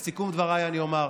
לסיכום דבריי אני אומר,